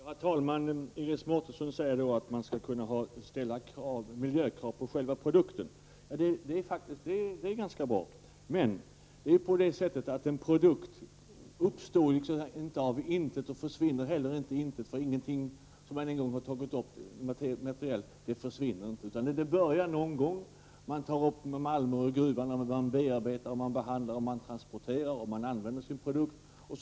Herr talman! Iris Mårtensson säger att man skall kunna ställa miljökrav på själva produkten. Det är ganska bra. Men en produkt uppstår ju inte av intet och försvinner heller inte i intet. Ingenting som man en gång har framställt materiellt försvinner. Det börjar med att man tar upp malm ur gruvor, man bearbetar och behandlar, man transporterar och man använder produkten.